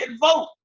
vote